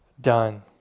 done